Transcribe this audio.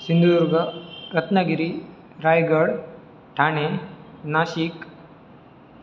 Sindhudurg Ratnagiri Raigad Thane Nashik